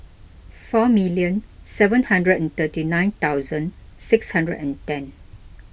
four million seven hundred and thirty nine thousand six hundred and ten